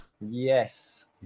Yes